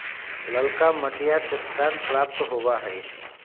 ललका मटिया चट्टान प्राप्त होबा हई